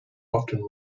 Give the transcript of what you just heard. often